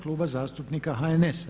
Kluba zastupnika HNS-a.